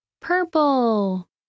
Purple